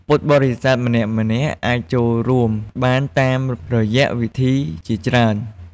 ពុទ្ធបរិស័ទម្នាក់ៗអាចចូលរួមបានតាមរយៈវិធីជាច្រើន។